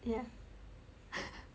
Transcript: yeah